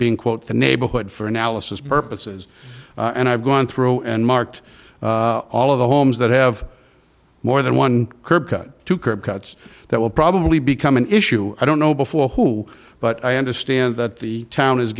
being quote the neighborhood for analysis purposes and i've gone through and marked all of the homes that have more than one curb cut to curb cuts that will probably become an issue i don't know before who but i understand that the town is